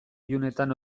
ilunetan